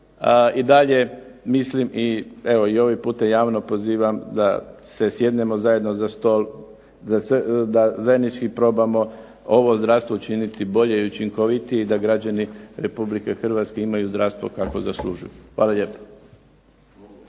i dalje mislim i evo ovim putem i javno pozivam d se sjednemo zajedno za stol, da zajednički probamo ovo zdravstvo učiniti bolje i učinkovitije i da građani Republike Hrvatske imaju zdravstvo kakvo zaslužuju. Hvala lijepo.